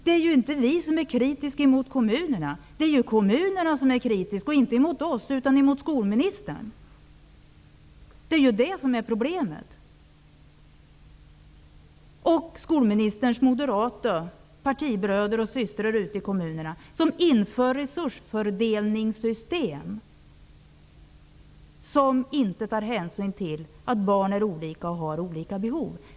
Det är ju inte vi som är kritiska mot kommunerna. Det är kommunerna som är kritiska och inte mot oss utan mot skolministern! Det är det som är problemet. Skolministerns moderata partibröder och systrar ute i kommunerna inför resursfördelningssystem som inte tar hänsyn till att barn är olika och har olika behov.